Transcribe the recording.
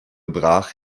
brach